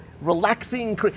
relaxing